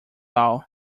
all